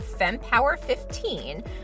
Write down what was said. fempower15